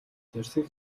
зорьсон